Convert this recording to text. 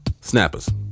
Snappers